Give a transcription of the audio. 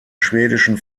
schwedischen